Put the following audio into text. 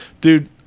Dude